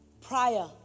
prior